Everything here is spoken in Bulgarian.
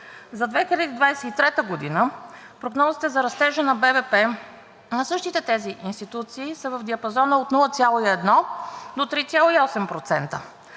За 2023 г. прогнозите за растежа на БВП на същите тези институции са в диапазона от 0,1 до 3,8%.